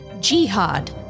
Jihad